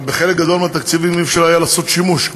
אבל בחלק גדול מהתקציבים לא היה אפשר לעשות שימוש.